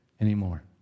anymore